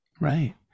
right